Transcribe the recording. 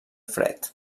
fred